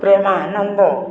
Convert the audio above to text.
Premananda